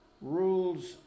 rules